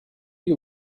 you